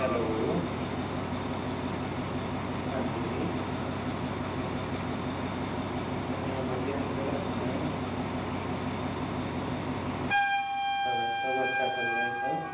hello ہاں جی بڑھیا ہے سر آپ سنائیں سب اچھا چل رہا ہے سر